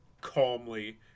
calmly